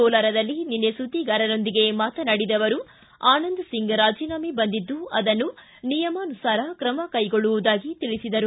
ಕೋಲಾರದಲ್ಲಿ ನಿನ್ನೆ ಸುದ್ದಿಗಾರರೊಂದಿಗೆ ಮಾತನಾಡಿದ ಅವರು ಆನಂದ್ ಸಿಂಗ್ ರಾಜೀನಾಮೆ ಬಂದಿದ್ದು ಆದನ್ನು ನಿಯಮಾನುಸಾರ ಕ್ರಮ ಕೈಗೊಳ್ಳುವುದಾಗಿ ತಿಳಿಸಿದರು